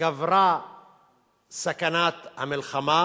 גברה סכנת המלחמה